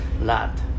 lot